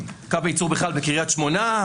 קו הייצור בכלל בקריית שמונה,